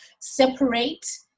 separate